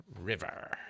river